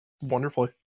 wonderfully